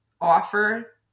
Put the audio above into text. offer